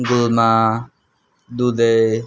गुलमा दुधे